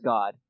God